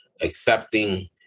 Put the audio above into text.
accepting